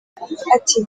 ati